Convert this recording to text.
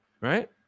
Right